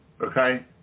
Okay